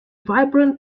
vibrant